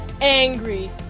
angry